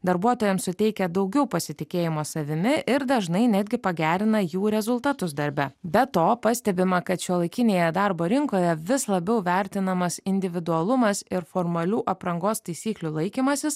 darbuotojams suteikia daugiau pasitikėjimo savimi ir dažnai netgi pagerina jų rezultatus darbe be to pastebima kad šiuolaikinėje darbo rinkoje vis labiau vertinamas individualumas ir formalių aprangos taisyklių laikymasis